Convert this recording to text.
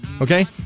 Okay